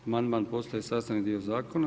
Amandman postaje sastavni dio zakona.